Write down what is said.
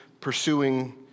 pursuing